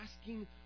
asking